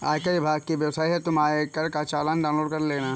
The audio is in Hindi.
आयकर विभाग की वेबसाइट से तुम आयकर का चालान डाउनलोड कर लेना